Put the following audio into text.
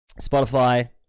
spotify